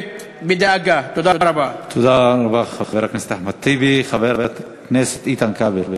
אני רוצה להודות לך, חבר הכנסת אילן גילאון,